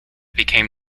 became